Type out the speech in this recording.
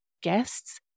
guests